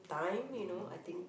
mmhmm